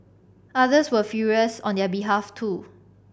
others were furious on their behalf too